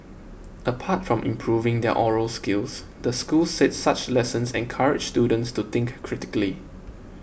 apart from improving their oral skills the school said such lessons encourage students to think critically